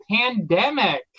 pandemic